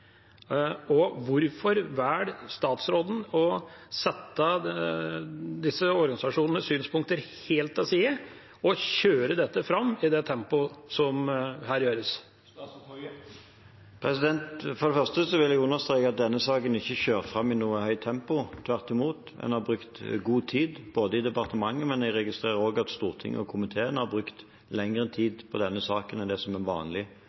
Hvorfor velger statsråden å sette disse organisasjonenes synspunkter helt til side og kjøre dette fram i det tempoet som her gjøres? For det første vil jeg understreke at denne saken ikke har blitt kjørt fram i et høyt tempo. Tvert imot har en brukt god tid, både i departementet og i Stortinget og komiteen. Jeg registrerer at de har brukt lengre tid på denne saken enn det som er vanlig